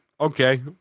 okay